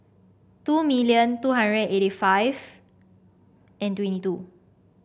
two million two hundred eighty five and twenty two